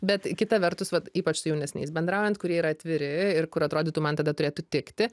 bet kita vertus vat ypač su jaunesniais bendraujant kurie yra atviri ir kur atrodytų man tada turėtų tikti